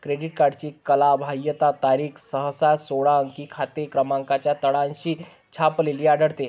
credit कार्डची कालबाह्यता तारीख सहसा सोळा अंकी खाते क्रमांकाच्या तळाशी छापलेली आढळते